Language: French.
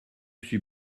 suis